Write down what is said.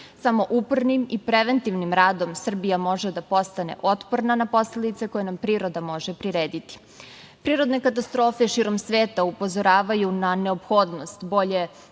Samo upornim i preventivnim radom Srbija može da postane otporna na posledice koje nam priroda može prirediti. Prirodne katastrofe širom sveta upozoravaju na neophodnost bolje